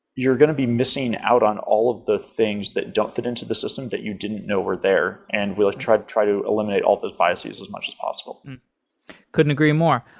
you're going to be missing out on all of the things that don't fit into the system that you didn't know were there, and we'll try to try to eliminate all those biases as much as possible couldn't agree more.